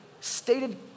stated